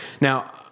Now